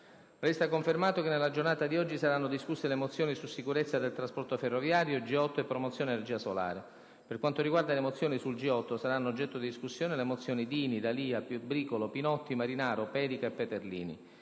Resta confermato che nella giornata di oggi saranno discusse le mozioni su sicurezza del trasporto ferroviario, G8 e promozione energia solare. Per quanto riguarda le mozioni sul G8, saranno oggetto di discussione le mozioni Dini, D’Alia, Bricolo, Pinotti, Marinaro, Pedica e Peterlini.